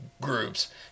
groups